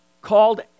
called